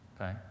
Okay